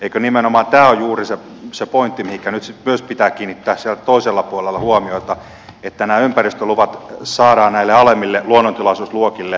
eikö nimenomaan tämä ole juuri se pointti mihinkä nyt sitten myös pitää kiinnittää siellä toisella puolella huomiota että nämä ympäristöluvat saadaan näille alemmille luonnontilaisuusluokille